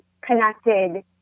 connected